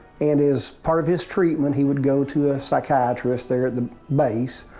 and his part of his treatment, he would go to a psychiatrist there at the base,